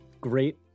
great